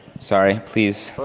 sorry. please.